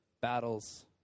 Battles